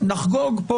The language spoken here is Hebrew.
אז נחגוג פה,